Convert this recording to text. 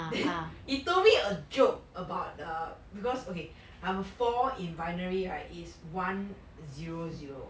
then he told me a joke about err because okay number four in binary right is one zero zero